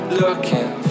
looking